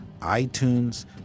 iTunes